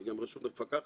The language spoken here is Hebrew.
גם אם האירוע מוצלח.